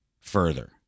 further